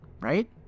right